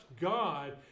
God